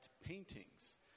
paintings